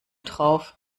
drauf